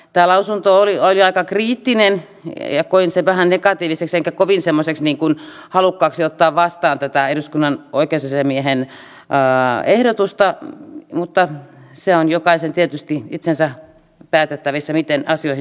tämä lausunto oli aika kriittinen ja koin sen vähän negatiiviseksi enkä kovin halukkaaksi ottaa vastaan tätä eduskunnan oikeusasiamiehen ehdotusta mutta se on tietysti jokaisen itsensä päätettävissä miten asioihin suhtautuu